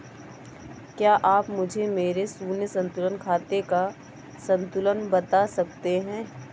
क्या आप मुझे मेरे शून्य संतुलन खाते का संतुलन बता सकते हैं?